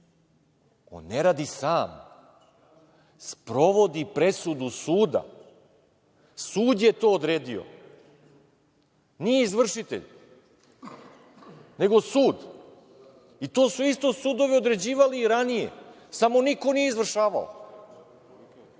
On ne radi sam, sprovodi presudu suda. Sud je to odredio. Nije izvršitelj, nego sud. I to su isto sudovi određivali i ranije samo niko nije izvršavao. Ja